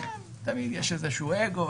תמיד יש איזשהו אגו,